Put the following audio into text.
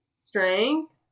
strength